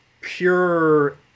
pure